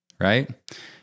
right